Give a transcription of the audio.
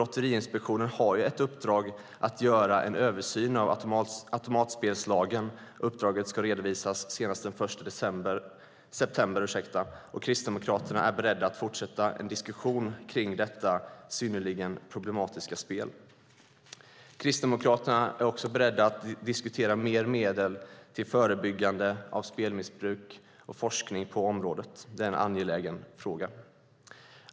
Lotteriinspektionen har ett uppdrag att göra en översyn av automatspelslagen. Uppdraget ska redovisas senast den 1 september. Kristdemokraterna är beredda att fortsätta en diskussion om detta synnerligen problematiska spel. Kristdemokraterna är också beredda att diskutera mer medel till förebyggande av spelmissbruk och forskning på området. Det är en angelägen fråga.